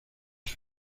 sus